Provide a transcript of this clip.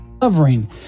covering